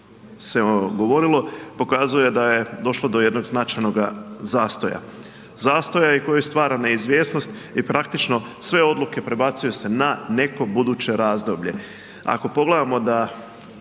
se govorilo pokazuje da je došlo do jednog značajnog zastoja, zastoja i koji stvara neizvjesnost i praktično sve odluke prebacuju se na neki buduće razdoblje. Ako pogledamo da